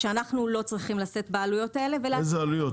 שאנחנו לא צריכים לשאת בעלויות האלה -- איזה עלויות?